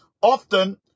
often